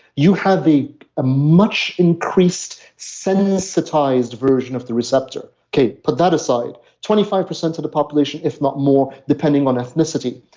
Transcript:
you have a ah much increased sensitized version of the receptor okay, put that aside, twenty five percent of the population if not more, depending on ethnicity.